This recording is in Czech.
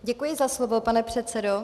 Děkuji za slovo, pane předsedo.